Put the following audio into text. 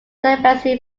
celibacy